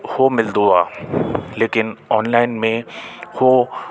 उहो मिलंदो आ लेकिन ऑनलाइन में उहे